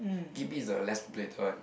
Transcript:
gate B is the less populated one